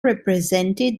represented